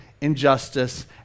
injustice